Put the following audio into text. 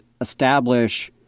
establish